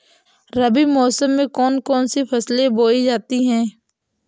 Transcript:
रबी मौसम में कौन कौन सी फसलें बोई जाती हैं?